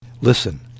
Listen